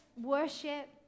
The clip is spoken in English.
worship